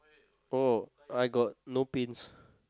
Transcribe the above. oh I got no pins